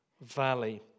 Valley